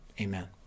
amen